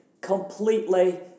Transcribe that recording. completely